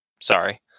sorry